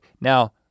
Now